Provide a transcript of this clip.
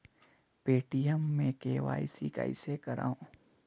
Paytm मे KYC कइसे करव?